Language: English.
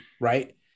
Right